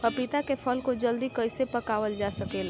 पपिता के फल को जल्दी कइसे पकावल जा सकेला?